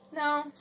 No